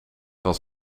was